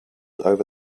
over